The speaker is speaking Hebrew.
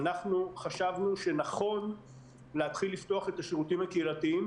אנחנו חשבנו שנכון להתחיל לפתוח את השירותים הקהילתיים